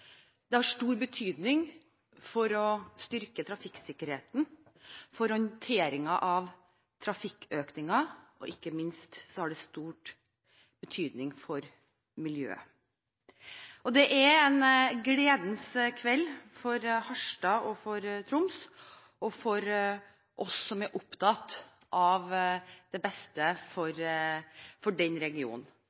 det har stor betydning for å styrke trafikksikkerheten, for håndteringen av trafikkøkningen, og ikke minst har det stor betydning for miljøet. Det er en gledens kveld for Harstad, for Troms og for oss som er opptatt av det beste for den regionen.